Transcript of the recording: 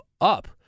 up